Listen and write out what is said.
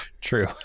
true